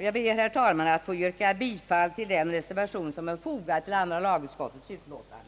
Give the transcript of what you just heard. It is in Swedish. Jag ber, herr talman, att få yrka bifall till den reservation som är fogad till andra lagutskottets utlåtande